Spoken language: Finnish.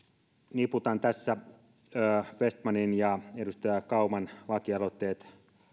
niputan tässä vestmanin ja edustaja kauman lakialoitteet